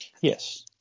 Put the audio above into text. Yes